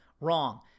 wrong